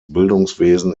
bildungswesen